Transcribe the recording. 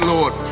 Lord